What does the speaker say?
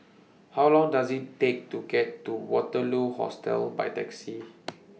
How Long Does IT Take to get to Waterloo Hostel By Taxi